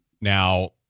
Now